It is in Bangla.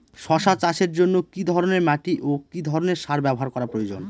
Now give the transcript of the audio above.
শশা চাষের জন্য কি ধরণের মাটি ও কি ধরণের সার ব্যাবহার করা প্রয়োজন?